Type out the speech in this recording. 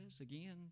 Again